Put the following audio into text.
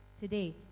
today